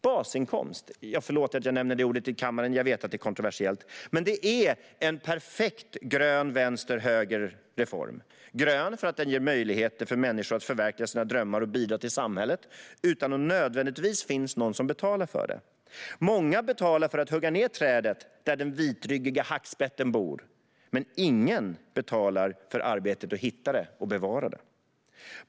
Basinkomst - förlåt att jag nämner det ordet i kammaren; jag vet att det är kontroversiellt - är en perfekt grön vänster och högerreform. Basinkomst är grön, för den ger människor möjlighet att förverkliga drömmar och att bidra till samhället utan att det nödvändigtvis finns någon som betalar för det. Många betalar för att hugga ned trädet där den vitryggiga hackspetten bor, men ingen betalar för arbetet att hitta det och bevara det.